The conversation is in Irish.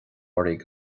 oraibh